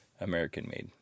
American-made